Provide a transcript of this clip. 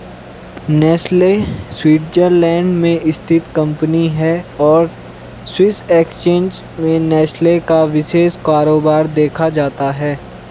Nestle Switzerland में स्थित company है और स्विस एक्सचेंज में नेस्ले का विशेष कारोबार देखा जाता है